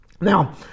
now